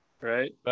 Right